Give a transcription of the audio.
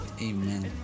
Amen